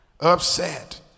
upset